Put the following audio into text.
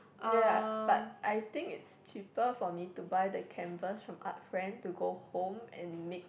ya but I think it's cheaper for me to buy the canvas from Art-Friend to go home and make